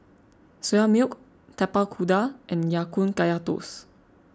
Soya Milk Tapak Kuda and Ya Kun Kaya Toast